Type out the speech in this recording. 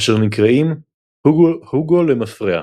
אשר נקראים הוגו למפרע.